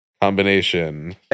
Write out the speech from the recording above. combination